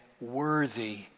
worthy